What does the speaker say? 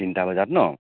তিনিটা বজাত ন'